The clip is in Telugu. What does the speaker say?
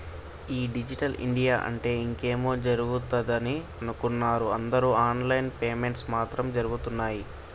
ఈ డిజిటల్ ఇండియా అంటే ఇంకేమో జరుగుతదని అనుకున్నరు అందరు ఆన్ లైన్ పేమెంట్స్ మాత్రం జరగుతున్నయ్యి